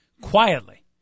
quietly